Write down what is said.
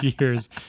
years